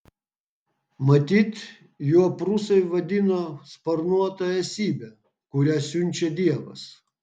matyt juo prūsai vadino sparnuotą esybę kurią siunčia dievas